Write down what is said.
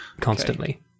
constantly